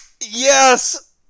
yes